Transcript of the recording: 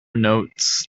notes